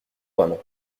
vraiment